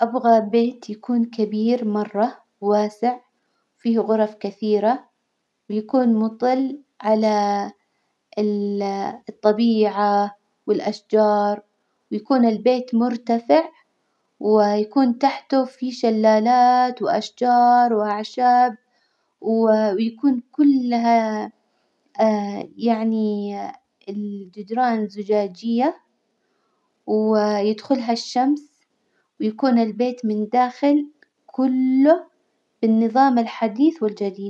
أبغى بيت يكون كبير مرة واسع، وفيه غرف كثيرة، بيكون مطل على ال- الطبيعة والأشجار، ويكون البيت مرتفع ويكون تحته في شلالات وأشجار وأعشاب، ويكون كلها يعني الجدران زجاجية، ويدخلها الشمس، ويكون البيت من داخل كله بالنظام الحديث والجديد.